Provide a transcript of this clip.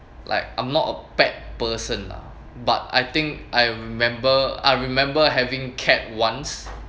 like I'm not a pet person lah but I think I remember I remember having cat once